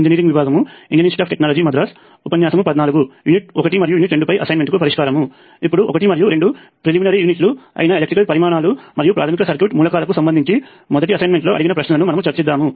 ఇప్పుడు ఒకటి మరియు రెండు ప్రిలిమినరీ యూనిట్లు అయిన ఎలక్ట్రికల్ పరిమాణాలు మరియు ప్రాథమిక సర్క్యూట్ మూలకాలకు సంబంధించి మొదటి అసైన్మెంట్లో అడిగిన ప్రశ్నలను మనము చర్చిద్దాము